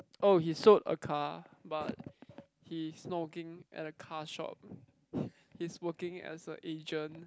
oh he sold a car but he is not working at a car shop he's working as a agent